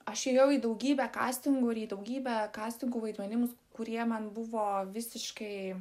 aš ėjau į daugybę kastingų ir į daugybę kastingų vaidmenims kurie man buvo visiškai